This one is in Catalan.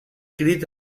crit